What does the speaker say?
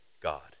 God